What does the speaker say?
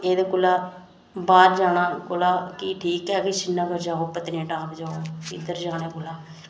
ते एह्दे कोला बाहर जाने कोला ते प्ही ठीक ऐ प्ही सिरीनगर जाओ पत्तनी जाओ इद्धर जाने कोला